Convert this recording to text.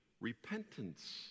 repentance